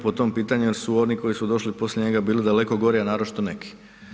Po tom pitanju su oni koji su došli poslije njega bilo daleko gori, a naročito neki.